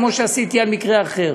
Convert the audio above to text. כמו שעשיתי במקרה אחר,